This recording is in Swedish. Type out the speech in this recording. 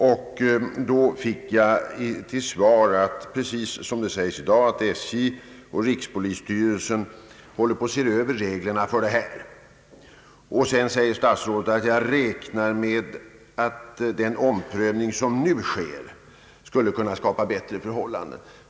Jag fick då samma svar som i dag, nämligen att SJ och rikspolisstyrelsen håller på att se över reglerna för dessa transporter. Statsrådet sade då att han räknade med att den omprövning som skedde skulle kunna skapa bättre förhållanden.